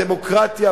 בדמוקרטיה,